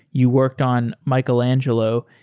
you worked on michelangelo.